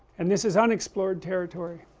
and this is unexplored territory